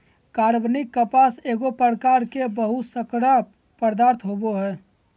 कार्बनिक कपास एगो प्रकार के बहुशर्करा पदार्थ होबो हइ